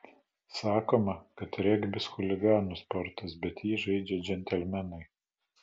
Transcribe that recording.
sakoma kad regbis chuliganų sportas bet jį žaidžia džentelmenai